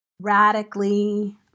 radically